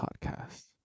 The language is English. podcast